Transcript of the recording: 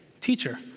Teacher